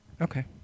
Okay